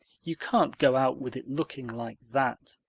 you can't go out with it looking like that.